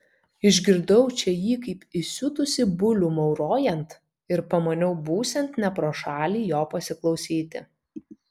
išgirdau čia jį kaip įsiutusį bulių maurojant ir pamaniau būsiant ne pro šalį jo pasiklausyti